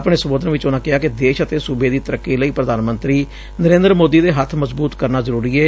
ਆਪਣੇ ਸੰਬੋਧਨ ਚ ਉਨੂਾ ਕਿਹਾ ਕਿ ਦੇਸ਼ ਅਤੇ ਸੂਬੇ ਦੀ ਤਰੱਕੀ ਲਈ ਪ੍ਧਾਨ ਮੰਤਰੀ ਨਰੇਦਰ ਮੋਦੀ ਦੇ ਹੱਥ ਮਜ਼ਬੂਤ ਕਰਨਾ ਜ਼ਰੂਰੀ ਏ